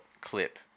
clip